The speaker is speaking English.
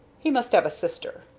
he must have a sister,